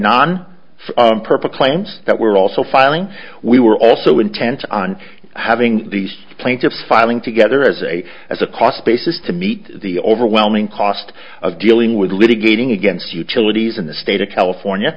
claims that were also filing we were also intent on having these plaintiffs filing together as a as a cost basis to meet the overwhelming cost of dealing with litigating against utilities in the state of california